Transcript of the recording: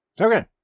Okay